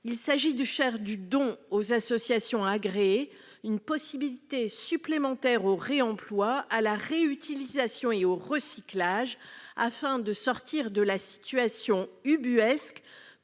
Il s'agit de faire du don aux associations agréées une possibilité supplémentaire au réemploi, à la réutilisation et au recyclage, afin de sortir de la situation ubuesque